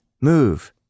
Move